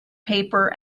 paper